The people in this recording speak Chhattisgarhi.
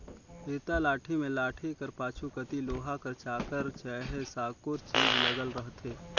इरता लाठी मे लाठी कर पाछू कती लोहा कर चाकर चहे साकुर चीज लगल रहथे